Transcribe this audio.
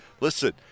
listen